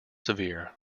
severe